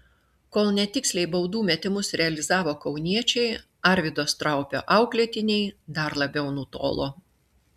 kol netiksliai baudų metimus realizavo kauniečiai arvydo straupio auklėtiniai dar labiau nutolo